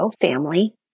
family